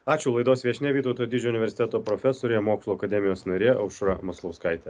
ačiū laidos viešnia vytauto didžiojo universiteto profesorė mokslų akademijos narė aušra maslauskaitė